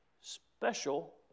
special